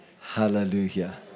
Hallelujah